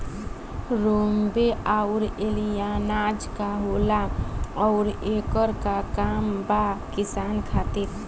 रोम्वे आउर एलियान्ज का होला आउरएकर का काम बा किसान खातिर?